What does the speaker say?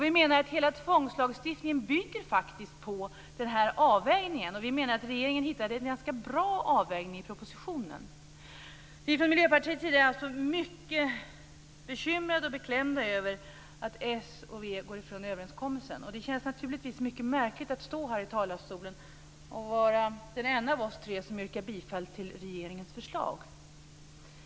Vi menar att hela tvångslagstiftningen faktiskt bygger på den här avvägningen, och vi menar att regeringen hittade en ganska bra avvägning i propositionen. Från Miljöpartiets sida är vi alltså mycket bekymrade och beklämda över att s och v går ifrån överenskommelsen. Det känns naturligtvis mycket märkligt att stå här i talarstolen och vara den enda av oss tre som yrkar bifall till regeringens förslag.